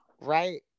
right